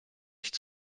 nicht